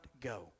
go